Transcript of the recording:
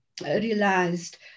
realized